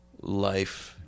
life